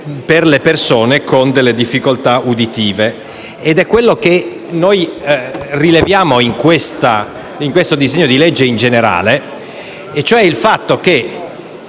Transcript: per le persone con delle difficoltà uditive. Ciò che noi rileviamo in questo disegno di legge è proprio il fatto che